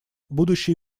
будущий